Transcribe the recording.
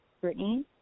Brittany